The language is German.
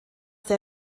der